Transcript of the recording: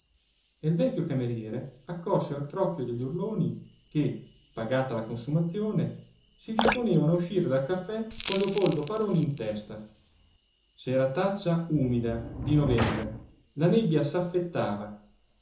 e il vecchio cameriere accorse al crocchio degli urloni che pagata la consumazione si disponevano a uscire dal caffè con leopoldo paroni in testa serataccia umida di novembre la nebbia s'affettava